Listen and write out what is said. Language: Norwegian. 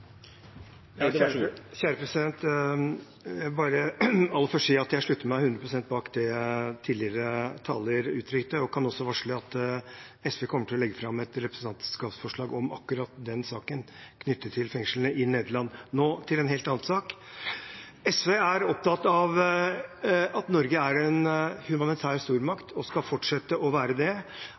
uttrykte, og kan også varsle at SV kommer til å legge fram et representantforslag om akkurat den saken knyttet til fengslene i Nederland. Nå til en helt annen sak: SV er opptatt av at Norge er en humanitær stormakt og skal fortsette å være det,